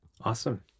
Awesome